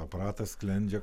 aparatas sklendžia